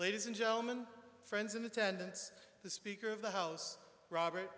ladies and gentleman friends in attendance the speaker of the house robert